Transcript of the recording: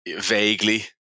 vaguely